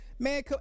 Man